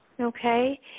Okay